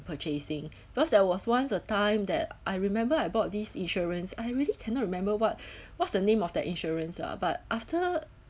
purchasing cause there was once a time that I remember I bought these insurance I really cannot remember what what's the name of the insurance lah but after